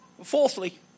Fourthly